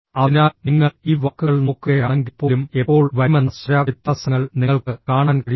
അതിനാൽ നിങ്ങൾ ഈ വാക്കുകൾ നോക്കുകയാണെങ്കിൽപ്പോലും എപ്പോൾ വരുമെന്ന സ്വര വ്യത്യാസങ്ങൾ നിങ്ങൾക്ക് കാണാൻ കഴിയും